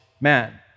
man